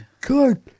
Good